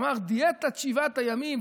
אמר: דיאטת שבעת הימים,